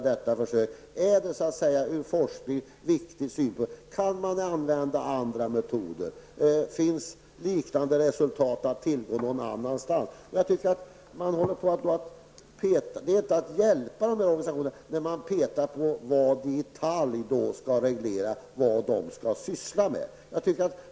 Är det från forskningssynpunkt viktigt att djurförsök görs, kan man använda andra metoder, finns det liknande resultat att tillgå på annat håll, är frågor som man ställer sig. Man hjälper inte organisationerna när man i detalj vill reglera vad de skall syssla med.